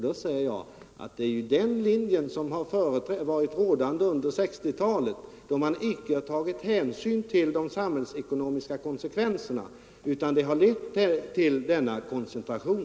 Då säger jag att det är ju den linjen som varit rådande under 1960 talet, då man icke har tagit hänsyn till de samhällsekonomiska konsekvenserna utan har fått denna koncentration.